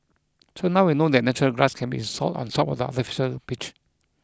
so now we know that natural grass can be installed on top of the artificial pitch